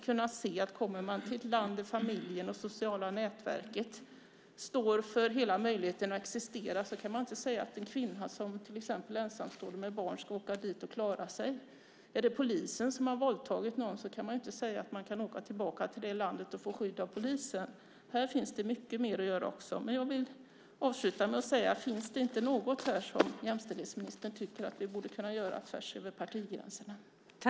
Kommer man från ett land där familjen och det sociala nätverket står för hela möjligheten att existera kan man inte säga att en kvinna som är ensamstående med ett barn ska åka dit och klara sig. Är det polisen som har våldtagit någon kan man inte säga att kvinnan ska åka tillbaka till det landet och få skydd av polisen. Här finns det också mycket mer att göra. Jag vill avsluta med att fråga: Finns det inte något här som jämställdhetsministern tycker att vi borde kunna göra tvärsöver partigränserna?